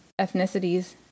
ethnicities